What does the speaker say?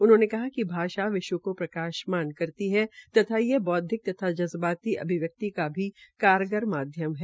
उन्होंने कहा कि भाषा विश्व को प्रकाशमान करती है तथा ये बोद्विक तथा जज्बाती अभिव्यक्ति को भी कारगार माध्यम है